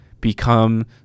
become